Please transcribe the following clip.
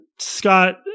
Scott